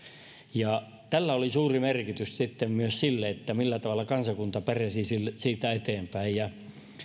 tällä oli suuri merkitys sitten myös sille millä tavalla kansakunta pärjäsi siitä eteenpäin